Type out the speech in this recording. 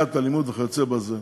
למניעת אלימות וכיוצא בזה.